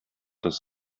das